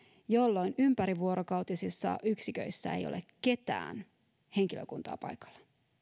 jolloin ympärivuorokautisissa yksiköissä ei ole ketään henkilökunnasta paikalla